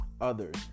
others